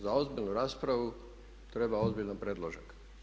Za ozbiljnu raspravu treba ozbiljan predložak.